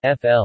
FL